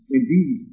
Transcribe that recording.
Indeed